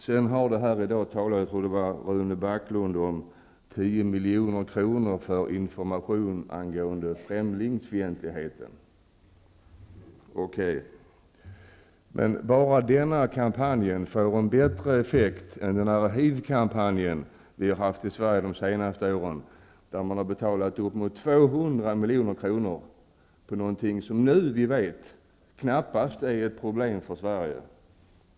Sedan har det här i dag talats om -- jag tror det var Okej, bara den kampanjen får en bättre effekt än den HIV-kampanj som vi har haft i Sverige de senaste åren och där man har betalat uppemot 200 milj.kr. för någonting som vi nu vet knappast är ett problem för Sverige.